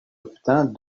obtint